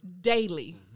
daily